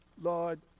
Lord